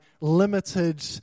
limited